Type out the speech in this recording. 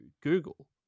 google